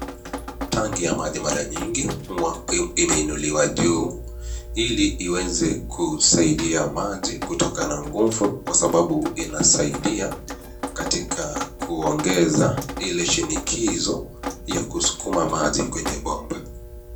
Tangi ya maji mara mingi huwa imeinuliwa juu, hili iwezekusadia maji kutoka na nguvu kwa sababu inasaidia katika kuongeza ile shinikizo ya kuskuma maji kwenye bomba.